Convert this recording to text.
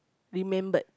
remembered